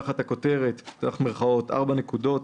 תחת הכותרת "4 נקודות",